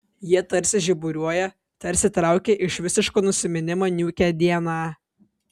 jie tarsi žiburiuoja tarsi traukia iš visiško nusiminimo niūkią dieną